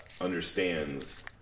understands